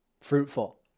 fruitful